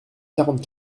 quarante